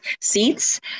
seats